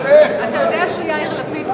רגע, תן לי לדבר.